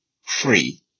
free